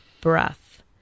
breath